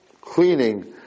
cleaning